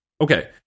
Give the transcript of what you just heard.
okay